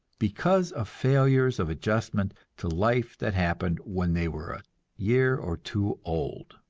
because of failures of adjustment to life that happened when they were a year or two old.